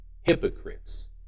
hypocrites